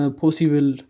possible